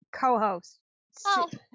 co-host